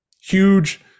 huge